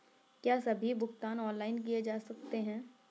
क्या सभी भुगतान ऑनलाइन किए जा सकते हैं?